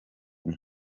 umwe